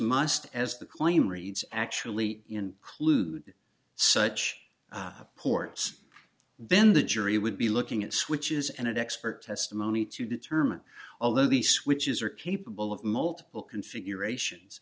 must as the claim reads actually include such ports then the jury would be looking at switches and an expert testimony to determine although these switches are capable of multiple configurations